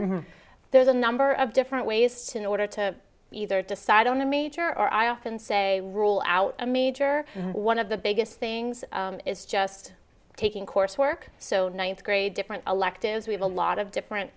major there's a number of different ways to know order to either decide on the major or i often say rule out a major one of the biggest things is just taking coursework so ninth grade different electives we have a lot of different